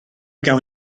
gawn